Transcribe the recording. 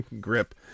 grip